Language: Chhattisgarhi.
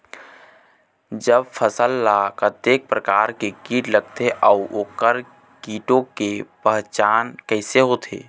जब फसल ला कतेक प्रकार के कीट लगथे अऊ ओकर कीटों के पहचान कैसे होथे?